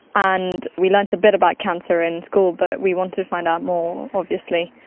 ah and we learnt a bit about cancer in school but we wanted to find out more, obviously.